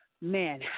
man